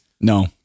No